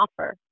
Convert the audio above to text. offer